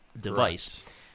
device